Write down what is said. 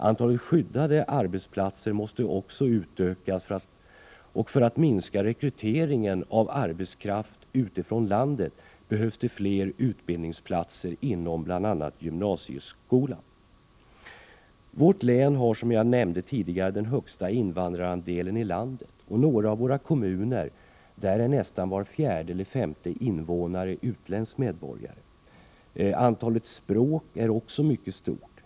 Antalet skyddade arbetsplatser måste också utökas. För att minska rekryteringen av arbetskraft utifrån landet behövs det fler utbildningsplatser inom bl.a. gymnasieskolan. Vårt län har, som jag sade tidigare, den högsta invandrarandelen i landet, och i några kommuner är nästan var fjärde eller femte invånare utländsk medborgare. Antalet språk är också mycket stort.